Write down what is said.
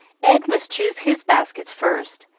ed must choose his baskets first.